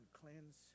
cleanse